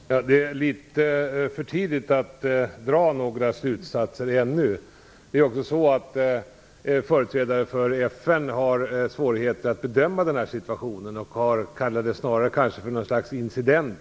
Fru talman! Det är litet för tidigt att dra några slutsatser ännu. Företrädare för FN har svårigheter att bedöma den här situationen. De ser den kanske snarare som något slags incident